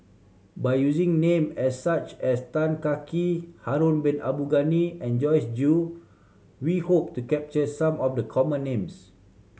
by using name as such as Tan Kah Kee Harun Bin Abdul Ghani and Joyce Jue we hope to capture some of the common names